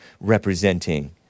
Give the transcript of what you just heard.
representing